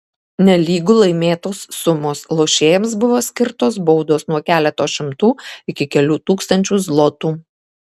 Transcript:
nelygu laimėtos sumos lošėjams buvo skirtos baudos nuo keleto šimtų iki kelių tūkstančių zlotų